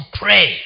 pray